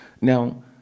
Now